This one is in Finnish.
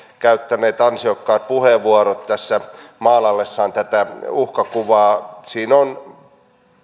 käyttäneet ansiokkaat puheenvuorot maalaillessaan tätä uhkakuvaa siinä on